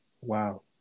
Wow